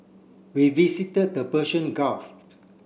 we visited the Persian Gulf